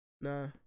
Nah